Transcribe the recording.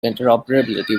interoperability